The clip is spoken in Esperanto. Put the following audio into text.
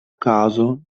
kazo